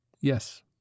Yes